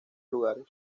lugares